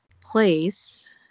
place